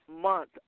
month